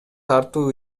тартуу